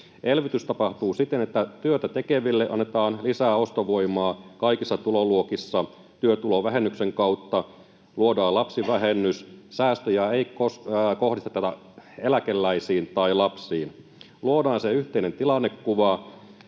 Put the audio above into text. Elvytys tapahtuu siten, että työtä tekeville annetaan lisää ostovoimaa kaikissa tuloluokissa työtulovähennyksen kautta. Luodaan lapsivähennys. Säästöjä ei kohdisteta eläkeläisiin tai lapsiin. Luodaan se yhteinen tilannekuva,